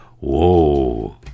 Whoa